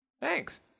thanks